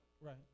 right